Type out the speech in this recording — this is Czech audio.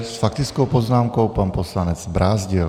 S faktickou poznámkou pan poslanec Brázdil.